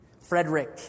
Frederick